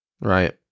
right